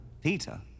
Peter